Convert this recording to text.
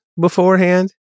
beforehand